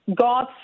God